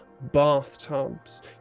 bathtubs